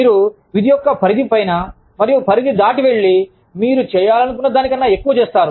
మీరు విధి యొక్క పరిధి పైన మరియు దాటి వెళ్లి మీరు చేయాలనుకున్నదానికన్నా ఎక్కువ చేస్తారు